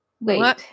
wait